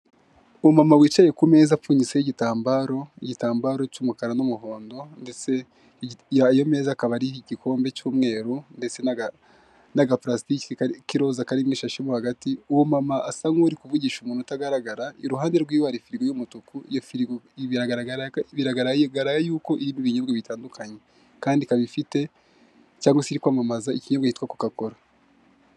Umumama wicaye ku meza apfunyitseho gitambaro, igitambaro cy'umukara n'umuhondo, ndetse ayo meza akaba ariho igikombe cy'umweru, ndetse nagapalasitiki k'iroza karimo ishashimo hagati, uwo mumama asa nk'uri kuvugisha umuntu utagaragara, iruhande rwiwe hari firigo y'umutuku, iyo firigo biragaragara yuko irimo ibinyobwa bitandukanye, kandi ikaba ifite cyangwase iri kwamamaza ikinyobwa kitwa coca cola.